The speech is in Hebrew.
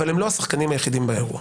אבל הם לא השחקנים היחידים באירוע.